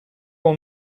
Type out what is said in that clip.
will